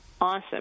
awesome